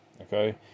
Okay